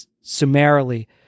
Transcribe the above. summarily